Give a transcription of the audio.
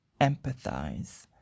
empathize